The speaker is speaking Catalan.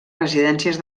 residències